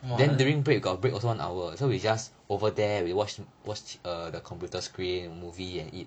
!wah!